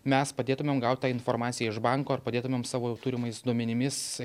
mes padėtumėm gaut tą informaciją iš banko ir padėtumėm savo turimais duomenimis